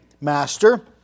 Master